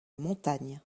montagne